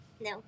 No